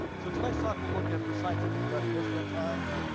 so tonight's talk will look at the scientific definition of time,